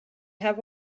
have